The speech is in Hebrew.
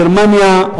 גרמניה,